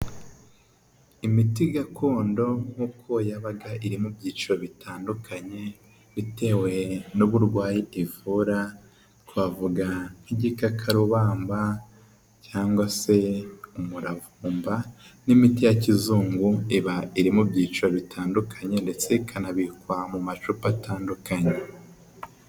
Imiti gakondo nk'uko yabaga iri mu byiciro bitandukanye bitewe n'uburwayi ivura twavuga nk'igikakarubamba cyangwa se umuravumba n'imiti ya kizungu iba irimo byiciro bitandukanye ndetse ikanabikwa mu macupa atandukanye.